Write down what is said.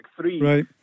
three